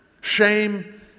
Shame